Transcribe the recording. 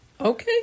okay